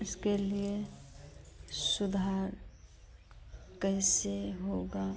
इसके लिए शुधार कैसे होगा